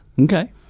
Okay